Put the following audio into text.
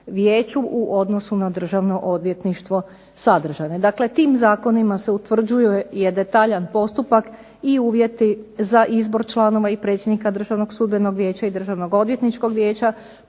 u odnosu na Državno odvjetništvo sadržane. Dakle, tim zakonima se utvrđuje i detaljan postupak i uvjeti za izbor članova i predsjednika Državnog sudbenog vijeća i Državnog odvjetničkog vijeća,